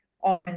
on